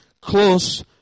close